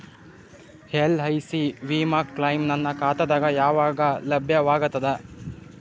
LIC ವಿಮಾ claim ನನ್ನ ಖಾತಾಗ ಯಾವಾಗ ಲಭ್ಯವಾಗತದ?